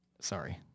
sorry